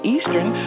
Eastern